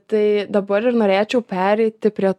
tai dabar ir norėčiau pereiti prie